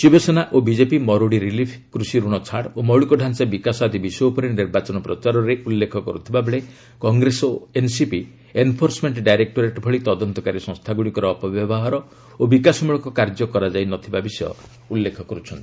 ଶିବସେନା ଓ BJP ମରୁଡି relief କୃଷିରଣ ଛାଡ ଓ ମୌଳିକ ତାଞ୍ଚା ବିକାଶ ଆଦି ବିଷୟ ଉପରେ ନିର୍ବାଚନ ପ୍ରଚାରରେ ଉଲ୍ଲେଖ କରୁଥିବାବେଳେ କଂଗ୍ରେସ ଓ ଏନସିପି ଏନଫୋର୍ସମେଣ୍ଟ ଡାଇରେକ୍ଟୋରେଟ ଭଳି ତଦନ୍ତକାରୀ ସଂସ୍ଥାଗୁଡିକ ଅପବ୍ୟବହାର ଓ ବିକାଶମଳକ କାର୍ଯ୍ୟ କରାଯାଇ ନ ଥିବା ବିଷୟ ଉଲ୍ଲେଖ କରୁଛନ୍ତି